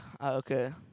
Okay